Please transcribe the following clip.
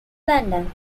london